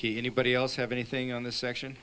key anybody else have anything on this section